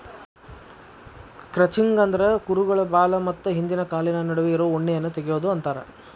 crutching ಅಂದ್ರ ಕುರುಗಳ ಬಾಲ ಮತ್ತ ಹಿಂದಿನ ಕಾಲಿನ ನಡುವೆ ಇರೋ ಉಣ್ಣೆಯನ್ನ ತಗಿಯೋದು ಅಂತಾರ